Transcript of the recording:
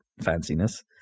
fanciness